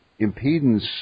impedance